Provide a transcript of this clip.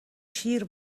شیر